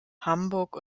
hamburg